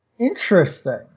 interesting